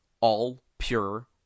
all-pure